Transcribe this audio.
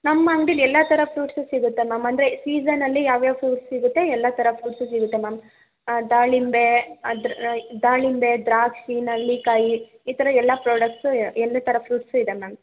ನಮ್ಮ ಅಂಗ್ಡಿಲ್ಲಿ ಎಲ್ಲ ಥರ ಫ್ರೂಟ್ಸು ಸಿಗುತ್ತೆ ಮ್ಯಾಮ್ ಅಂದರೆ ಸೀಸನಲ್ಲಿ ಯಾವ್ಯಾವ ಫ್ರೂಟ್ಸ್ ಸಿಗುತ್ತೆ ಎಲ್ಲ ಥರ ಫ್ರೂಟ್ಸು ಸಿಗುತ್ತೆ ಮ್ಯಾಮ್ ದಾಳಿಂಬೆ ಅದ್ರ ದಾಳಿಂಬೆ ದ್ರಾಕ್ಷಿ ನೆಲ್ಲಿಕಾಯಿ ಈ ಥರ ಎಲ್ಲ ಪ್ರಾಡಕ್ಟ್ಸು ಎಲ್ಲ ಥರ ಫ್ರೂಟ್ಸು ಇದೆ ಮ್ಯಾಮ್